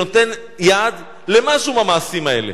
שנותן יד למשהו במעשים האלה.